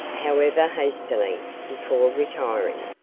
however hastily, before retiring.